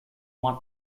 one